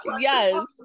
yes